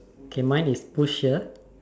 okay mine is pusher